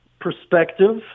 perspective